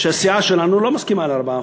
שהסיעה שלנו לא מסכימה ל-4%,